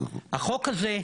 החוק הזה,